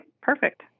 Perfect